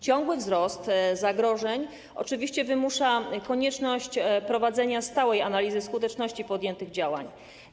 Ciągły wzrost zagrożeń oczywiście wymusza konieczność prowadzenia stałej analizy skuteczności podjętych działań.